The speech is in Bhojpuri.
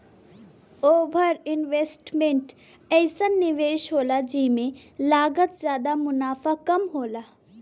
ओभर इन्वेस्ट्मेन्ट अइसन निवेस होला जेमे लागत जादा मुनाफ़ा कम होला